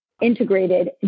integrated